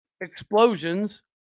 explosions